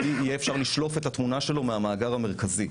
יהיה אפשר לשלוף את התמונה שלו מהמאגר המרכזי.